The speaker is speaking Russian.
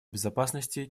безопасности